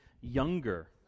younger